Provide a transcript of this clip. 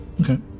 okay